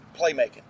playmaking